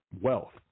wealth